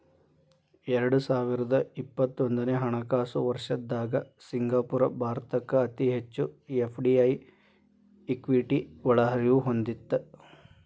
ಎರಡು ಸಾವಿರದ ಇಪ್ಪತ್ತೊಂದನೆ ಹಣಕಾಸು ವರ್ಷದ್ದಾಗ ಸಿಂಗಾಪುರ ಭಾರತಕ್ಕ ಅತಿ ಹೆಚ್ಚು ಎಫ್.ಡಿ.ಐ ಇಕ್ವಿಟಿ ಒಳಹರಿವು ಹೊಂದಿತ್ತ